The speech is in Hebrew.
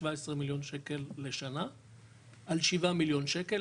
שבע עשרה מיליון שקל לשנה על שבעה מיליון שקלים,